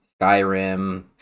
Skyrim